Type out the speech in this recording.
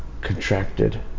contracted